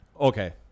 okay